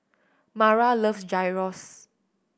Mara loves Gyros